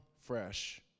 fresh